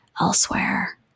elsewhere